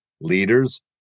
leaders